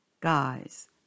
Guys